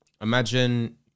imagine